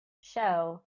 show